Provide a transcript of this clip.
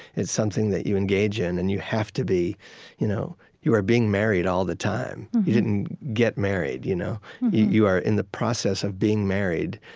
it's something that you engage in and you have to be you know you are being married all the time. you didn't get married. you know you are in the process of being married.